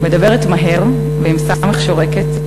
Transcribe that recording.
מדברת מהר ועם סמ"ך שורקת,